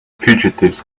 fugitives